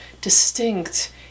distinct